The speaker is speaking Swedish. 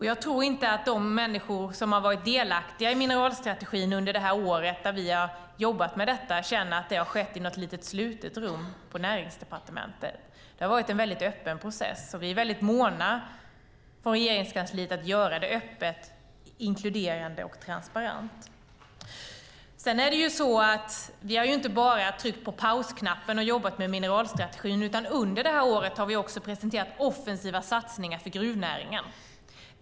Jag tror inte att de människor som har varit delaktiga i mineralstrategin under det här året när vi har jobbat med detta känner att det har skett i något litet slutet rum på Näringsdepartementet. Det har varit en väldigt öppen process, och vi är väldigt måna från Regeringskansliet att göra det öppet, inkluderande och transparent. Sedan är det så att vi har ju inte bara tryckt på pausknappen och jobbat med mineralstrategin. Under det här året har vi också presenterat offensiva satsningar för gruvnäringen.